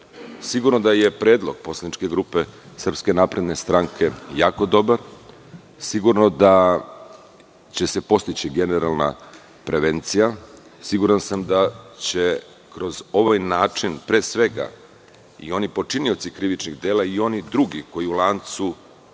da je predlog posleničke grupe SNS jako dobar. Sigurno da će se postići generalna prevencija. Siguran sam da će kroz ovaj način, pre svega i oni počinioci krivičnih dela i oni drugi, koji u lancu